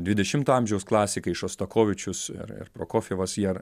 dvidešimto amžiaus klasikai šostakovičius ir ir prokofjevas jie